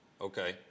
Okay